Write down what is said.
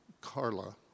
Carla